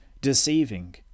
deceiving